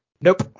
Nope